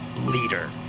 leader